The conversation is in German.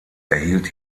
erhielt